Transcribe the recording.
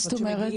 מה זאת אומרת?